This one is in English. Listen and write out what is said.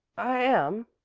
i am,